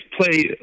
play